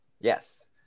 Yes